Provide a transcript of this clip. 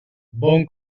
bon